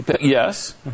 Yes